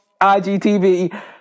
IGTV